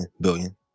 billion